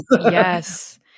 Yes